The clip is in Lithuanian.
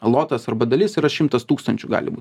lotas arba dalis yra šimtas tūkstančių gali būt